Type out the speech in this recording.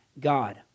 God